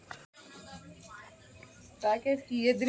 అగ్గి తెగులుకు సమగ్ర నివారణ చర్యలు ఏంటివి?